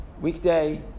weekday